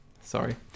Sorry